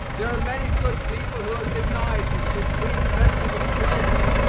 there are many good people who are denied the supreme blessing of children,